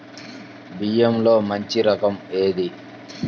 బియ్యంలో మంచి రకం ఏది?